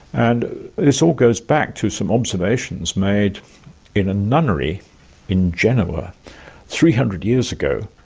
and this all goes back to some observations made in a nunnery in genoa three hundred years ago,